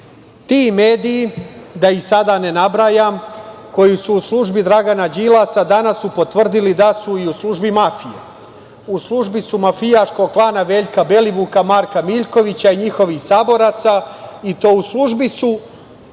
Ti mediji, da ih sada ne nabrajam koji su u službi Dragana Đilasa, danas su potvrdili da su i u službi mafije. U službi su mafijaškog klana Veljka Belivuka, Marka Miljkovića i njihovih saboraca i to u službi su